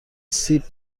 سیب